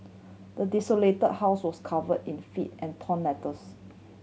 the desolated house was covered in filth and torn letters